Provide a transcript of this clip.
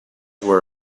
were